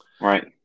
Right